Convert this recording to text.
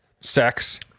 sex